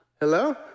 Hello